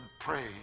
pray